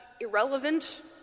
irrelevant